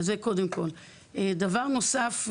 דבר נוסף,